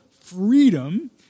freedom